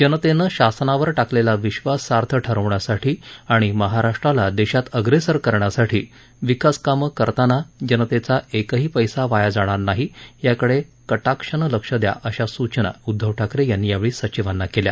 जनतेनं शासनावर टाकलेला विश्वास सार्थ ठरवण्यासाठी आणि महाराष्ट्राला देशात अग्रेसर करण्यासाठी विकासकामं करताना जनतेचा एकही पैसा वाया जाणार नाही याकडे कटाक्षानं लक्ष दया अशा सूचना उदधव ठाकरे यांनी यावेळी सचिवांना केल्या